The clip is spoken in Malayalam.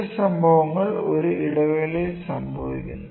ചില സംഭവങ്ങൾ ഒരു ഇടവേളയിൽ സംഭവിക്കുന്നു